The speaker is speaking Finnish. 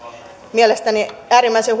mielestäni äärimmäisen